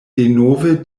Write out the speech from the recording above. denove